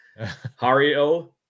Hario